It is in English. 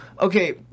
Okay